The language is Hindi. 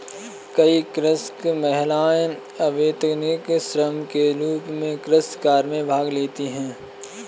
कई कृषक महिलाएं अवैतनिक श्रम के रूप में कृषि कार्य में भाग लेती हैं